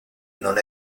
non